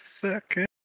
second